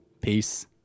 Peace